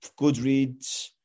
Goodreads